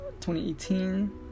2018